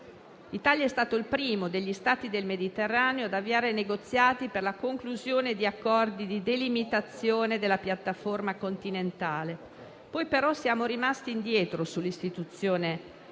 L'Italia è stato il primo degli Stati del Mediterraneo ad avviare negoziati per la conclusione di accordi di delimitazione della piattaforma continentale; poi, però, siamo rimasti indietro sull'istituzione della